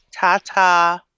Ta-ta